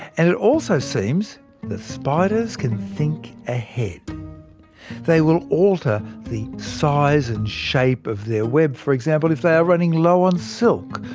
and it also seems that spiders can think ahead. they will alter the size and shape of their web, for example, if they are running low on silk,